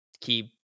keep